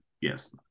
yes